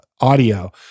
audio